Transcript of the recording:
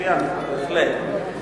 מצוין, בהחלט.